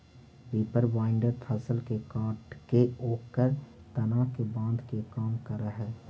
reaper binder फसल के काटके ओकर तना के बाँधे के काम करऽ हई